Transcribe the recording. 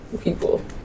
people